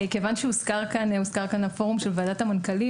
כיוון שהוזכר כאן הפורום של ועדת המנכ"לים,